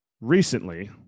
recently